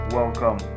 welcome